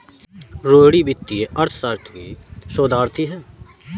रोहिणी वित्तीय अर्थशास्त्र की शोधार्थी है